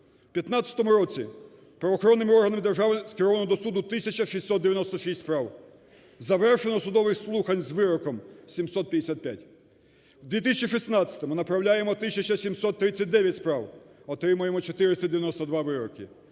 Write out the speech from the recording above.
В 2015 році правоохоронними органами держави скеровано до суду тисяча 696 справ. Завершено судових слухань з вироком 755. В 2016 направляємо тисячу 739 справ – отримуємо 492 вироки.